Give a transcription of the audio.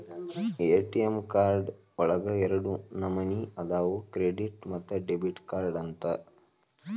ATM card ಒಳಗ ಎರಡ ನಮನಿ ಅದಾವ ಕ್ರೆಡಿಟ್ ಮತ್ತ ಡೆಬಿಟ್ ಕಾರ್ಡ್ ಅಂತ